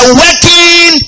working